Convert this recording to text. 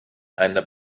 einer